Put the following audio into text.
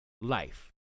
life